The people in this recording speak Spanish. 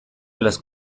las